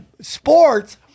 sports